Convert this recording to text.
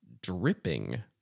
dripping